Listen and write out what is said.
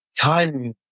time